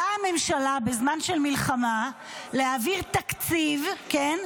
באה ממשלה בזמן של מלחמה להעביר תקציב, כן?